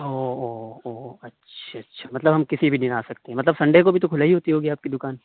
اوہ اوہ اوہ اچھا اچھا مطلب ہم کسی بھی دِن آ سکتے ہیں مطلب سنڈے کو بھی تو کھلا ہی ہوتی ہوگی آپ کی دُکان